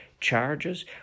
charges